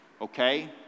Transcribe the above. Okay